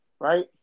right